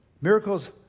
miracles